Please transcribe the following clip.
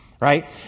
right